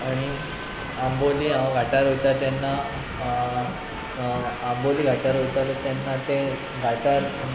आनी आंबोली हांव घांटार वोयता तेन्ना आंबोली घांटार वोयतालो तेन्ना ते घांटार